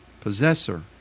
possessor